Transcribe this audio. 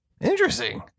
interesting